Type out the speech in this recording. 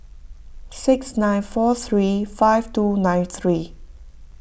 six nine four three five two nine three